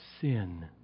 sin